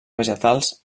vegetals